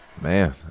Man